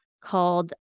called